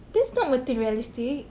that's not materialistic